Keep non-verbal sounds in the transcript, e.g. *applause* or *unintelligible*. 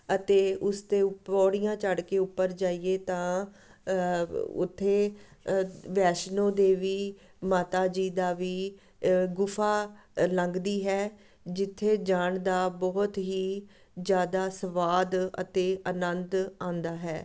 ਅਤੇ ਉਸ 'ਤੇ ਪੌੜੀਆਂ ਚੜ ਕੇ ਉੱਪਰ ਜਾਈਏ ਤਾਂ *unintelligible* ਉੱਥੇ ਵੈਸ਼ਨੋ ਦੇਵੀ ਮਾਤਾ ਜੀ ਦਾ ਵੀ ਗੁਫਾ ਲੰਘਦੀ ਹੈ ਜਿੱਥੇ ਜਾਣ ਦਾ ਬਹੁਤ ਹੀ ਜ਼ਿਆਦਾ ਸਵਾਦ ਅਤੇ ਅਨੰਦ ਆਉਂਦਾ ਹੈ